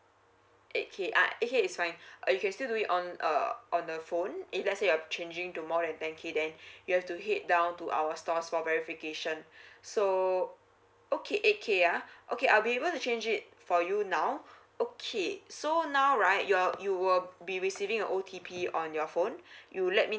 eight K uh eight K is fine or you can still do it on err on the phone if let say you're changing to more than ten K then you have to head down to our stores for verification so okay eight K ah okay I'll be able to change it for you now okay so now right you're you will be receiving your O_T_P on your phone you let me